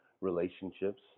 relationships